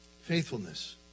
Faithfulness